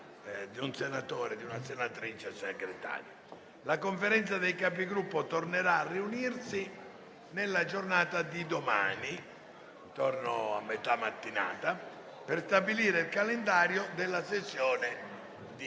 dimissioni di una senatrice Segretario. La Conferenza dei Capigruppo tornerà a riunirsi nella giornata di domani, a metà mattinata, per stabilire il calendario della sessione di